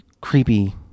creepy